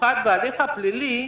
במיוחד בהליך הפלילי,